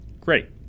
Great